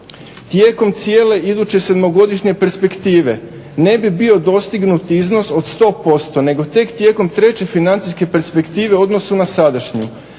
"Tijekom cijele iduće sedmogodišnje perspektive ne bi bio dostignut iznos od 100% nego tek tijekom treće financijske perspektive u odnosu na sadašnju.